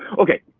okay,